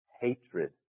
hatred